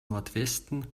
nordwesten